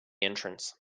entrance